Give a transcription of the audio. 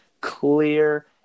clear